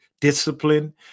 discipline